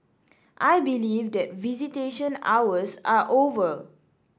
I believe that visitation hours are over